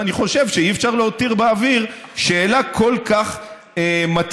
ואני חושב שאי-אפשר להותיר באוויר שאלה כל כך מטרידה,